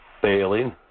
failing